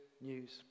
news